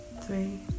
three